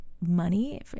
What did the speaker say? money